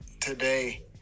today